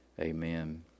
Amen